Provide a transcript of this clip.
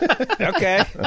Okay